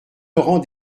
laurent